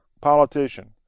politician